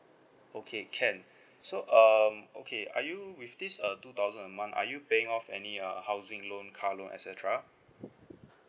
okay can so um okay are you with this uh two thousand a month are you paying off any uh housing loan car loan et cetera